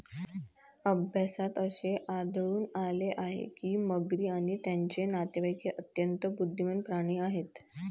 अभ्यासात असे आढळून आले आहे की मगरी आणि त्यांचे नातेवाईक हे अत्यंत बुद्धिमान प्राणी आहेत